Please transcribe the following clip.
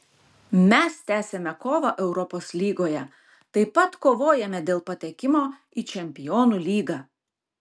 mes tęsiame kovą europos lygoje taip pat kovojame dėl patekimo į čempionų lygą